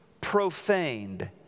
profaned